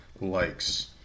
likes